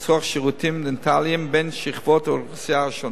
שירותים דנטליים בין שכבות האוכלוסייה השונות.